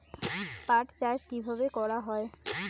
পাট চাষ কীভাবে করা হয়?